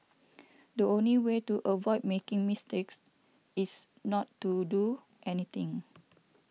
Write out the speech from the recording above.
the only way to avoid making mistakes is not to do anything